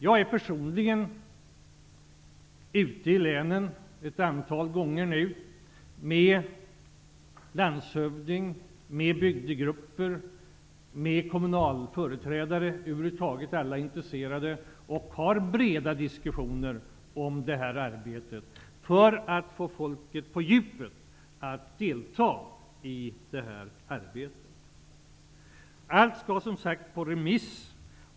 Jag har personligen varit ute i länen ett antal gånger tillsammans med landshövdingar, bygdegrupper, företrädare för kommunerna och över huvud taget alla intresserade. Vi har haft breda diskussioner om detta arbete för att få folket att delta på djupet i arbetet. Allt skall som sagt ut på remiss.